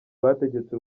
bategetse